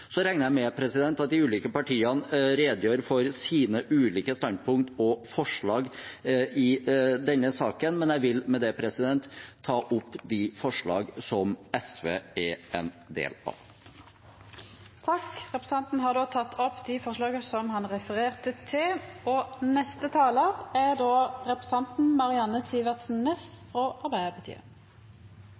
Så regner jeg med at de ulike partiene redegjøre for sine ulike standpunkt og forslag i denne saken, og jeg vil med det ta opp de forslag som SV er en del av. Representanten Lars Haltbrekken har teke opp dei forslaga han refererte til. Hydrogen har vel aldri vært så relevant og